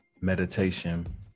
meditation